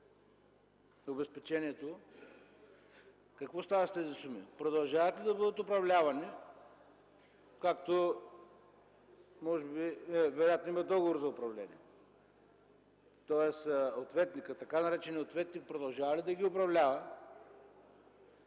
обезпечението, какво става с тези суми? Те продължават ли да бъдат управлявани, защото вероятно има договор за управление? Тоест, така нареченият ответник продължава ли да ги управлява?